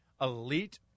elite